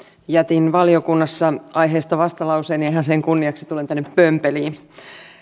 jätin valiokunnassa aiheesta vastalauseen ja ihan sen kunniaksi tulen tänne pömpeliin